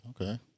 Okay